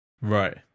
Right